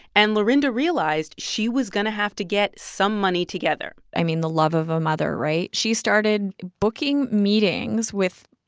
and lorinda realized she was going to have to get some money together i mean, the love of a mother, right? she started booking meetings with,